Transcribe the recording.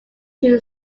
two